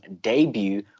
debut